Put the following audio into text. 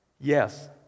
yes